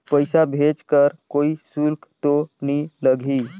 पइसा भेज कर कोई शुल्क तो नी लगही?